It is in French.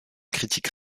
critique